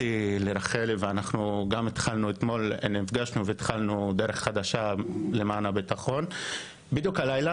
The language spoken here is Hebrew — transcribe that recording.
לרחלי והתחלנו דרך חדשה למען הביטחון ובדיוק הלילה,